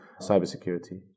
cybersecurity